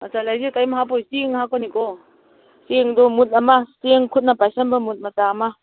ꯃꯆꯜ ꯍꯥꯏꯖꯦ ꯀꯩꯝ ꯍꯥꯞꯄꯣꯏ ꯆꯦꯡ ꯍꯥꯞꯀꯅꯤꯀꯣ ꯆꯦꯡꯗꯣ ꯃꯨꯠ ꯑꯃ ꯆꯦꯡ ꯈꯨꯠꯅ ꯄꯥꯏꯁꯟꯕ ꯃꯨꯠ ꯃꯆꯥ ꯑꯃ